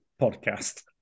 Podcast